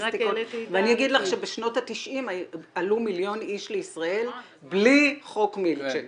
אגיד לך שבשנות ה-90 עלו מיליון איש לישראל בלי "חוק מילצ'ן".